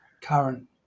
current